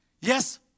Yes